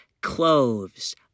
cloves